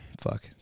Fuck